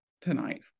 tonight